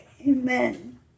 Amen